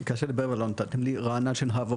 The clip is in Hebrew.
רענן שנהב,